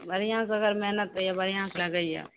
बढ़िआँसँ अगर मेहनत अइ बढ़िआँसँ लगैअह